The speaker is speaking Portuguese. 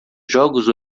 jogos